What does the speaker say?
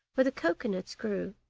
where the cocoanuts grew,